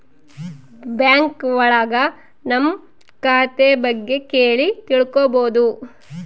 bank ಒಳಗ ನಮ್ ಖಾತೆ ಬಗ್ಗೆ ಕೇಳಿ ತಿಳ್ಕೋಬೋದು